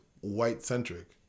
white-centric